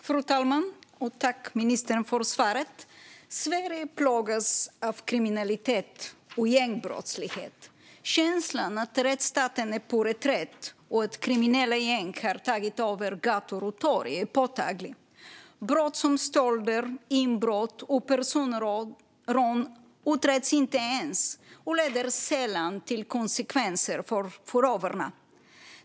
Fru talman! Tack, ministern, för svaret! Sverige plågas av kriminalitet och gängbrottslighet. Känslan att rättsstaten är på reträtt och att kriminella gäng tagit över gator och torg är påtaglig. Brott som stölder, inbrott och personrån utreds inte ens och leder sällan till konsekvenser för förövarna.